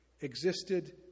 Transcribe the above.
existed